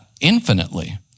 infinitely